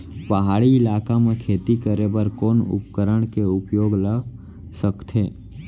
पहाड़ी इलाका म खेती करें बर कोन उपकरण के उपयोग ल सकथे?